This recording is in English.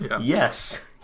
Yes